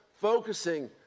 focusing